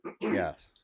Yes